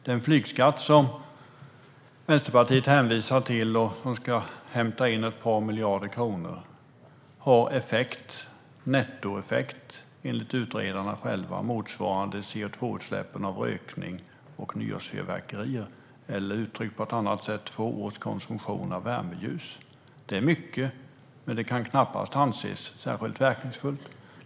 Den flygskatt som Vänsterpartiet hänvisar till och som ska hämta in ett par miljarder kronor har enligt utredarna själva en nettoeffekt motsvarande CO2-utsläppen av rökning och nyårsfyrverkerier, eller uttryckt på ett annat sätt: två års konsumtion av värmeljus. Det är mycket, men det kan knappast anses vara särskilt verkningsfullt.